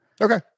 Okay